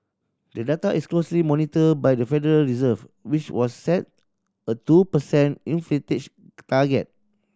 the data is closely monitored by the Federal Reserve which was set a two per cent target